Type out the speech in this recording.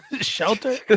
shelter